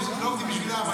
לא עובדים בשבילם.